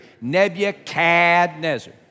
Nebuchadnezzar